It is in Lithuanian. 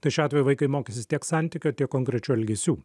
tai šiuo atveju vaikai mokysis tiek santykio tiek konkrečių elgesių